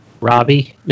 Robbie